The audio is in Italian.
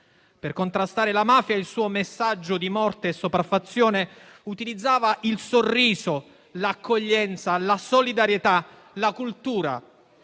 Per contrastare la mafia e il suo messaggio di morte e sopraffazione, utilizzava il sorriso, l'accoglienza, la solidarietà e la cultura.